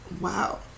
Wow